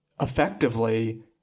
effectively